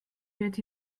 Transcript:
that